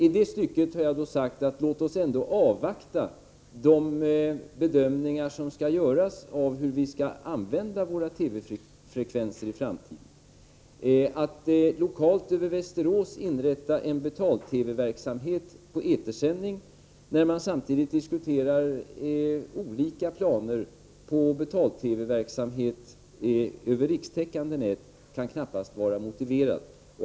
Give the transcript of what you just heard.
I det stycket har jag då sagt: Låt oss ändå avvakta de bedömningar som skall göras av hur vi i framtiden skall använda våra TV-frekvenser. Att lokalt över Västerås inrätta en etersänd betal-TV-verksamhet när man samtidigt diskuterar olika planer på betal-TV-verksamhet över rikstäckande nät kan knappast vara motiverat.